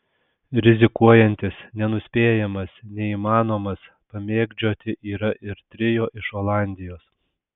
rizikuojantis nenuspėjamas neįmanomas pamėgdžioti yra ir trio iš olandijos